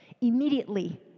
Immediately